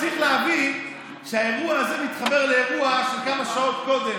צריך להבין שהאירוע הזה מתחבר לאירוע של כמה שעות קודם.